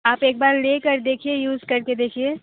आप एक बार लेकर देखिए यूज़ करके देखिए